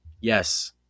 Yes